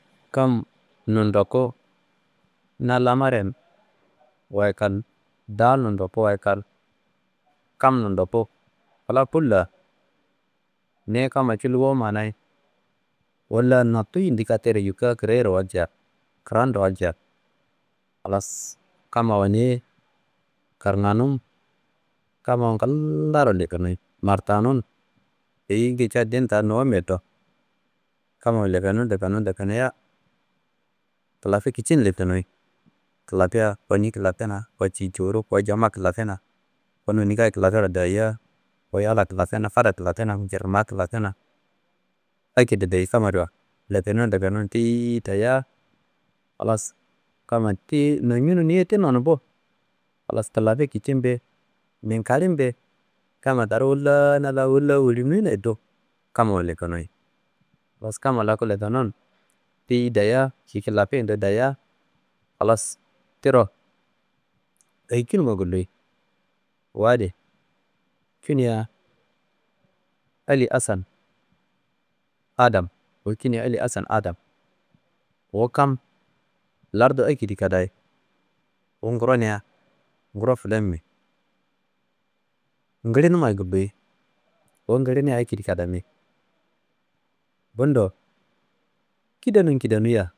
Kam nundoku na lamaren wayi ye kal daalin ndokuwa ye kal, kamin ndoku kla kulla neye kamma cullo wumanayi wolla notu yindi katero yuka kirayoro walca, kiramro walca halas kammawa niyi karnganum kamma ngillaro lefenuyi martanun eyinguye ca dim ta nowom yedo kamma lefenum lefenum lefenuya, kilafe kicin lefenui. Kilafea? Ko niyi kilafenea? Ko tiyi jowuro? Ko jammma kilafenaa? Ko nondi ngayi kilaffeero daya koo yalla kilafena fada kilafena fada kilfena jirnummaá killafena akedi dayi kam adiwa lefenum lefenum teyiyi dayiya halas, kama tiyi noncunu niyiye ti nonumbu halas, kilafe kicinbe nin kalimbe kammataro wolla na la wolla wolinuyinado kamma lefenuyi halas kamma laku lefenun teyi dayiya, kiyi kilafeyendo dayiya halas tiro eyi cunumma guluyi wu adi cuniya Eli Asan Adam, wu cuniya Eli Asan Adam, wu lardu akedi kada ye, wu ngoronia, ngoro filanbe, ngilinumma ye guluyi, wu ngilinia akedi kadami. Bundo kidanin kidaniya